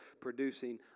producing